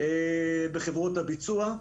בחברות הביצוע.